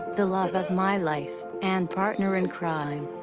the love of my life, and partner in crime.